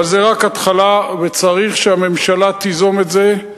אבל זה רק התחלה, וצריך שהממשלה תיזום את זה.